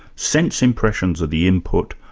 sense impressions are the input,